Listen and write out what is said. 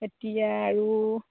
এতিয়া আৰু